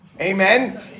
Amen